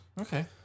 Okay